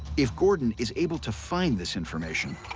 if gordon is able to find this information,